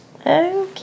Okay